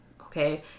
okay